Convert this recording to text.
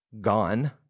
gone